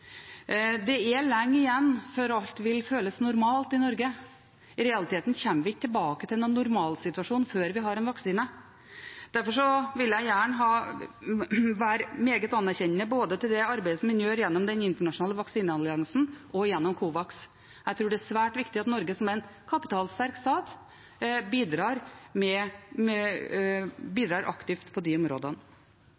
det gjelder vaksinearbeidet. Det er lenge igjen før alt vil føles normalt i Norge. I realiteten kommer vi ikke tilbake til noen normalsituasjon før vi har en vaksine. Derfor vil jeg gjerne være meget anerkjennende til det arbeidet som gjøres både i den internasjonale vaksinealliansen og gjennom Covax. Jeg tror det er svært viktig at Norge, som en kapitalsterk stat, bidrar